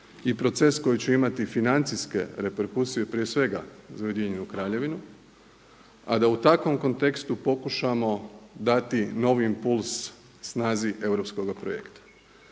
i proces koji će imati financijske reperkusije prije svega za Ujedinjenu Kraljevinu a da u takvom kontekstu pokušamo dati novi impuls snazi europskoga projekta.